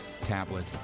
tablet